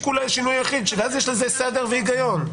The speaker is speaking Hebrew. השינוי היחיד, ואז יש לזה סדר והיגיון.